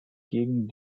gegen